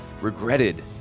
regretted